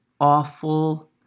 awful